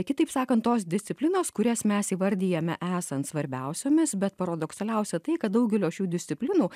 kitaip sakant tos disciplinos kurias mes įvardijame esant svarbiausiomis bet paradoksaliausia tai kad daugelio šių disciplinų